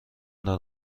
دارم